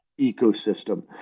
ecosystem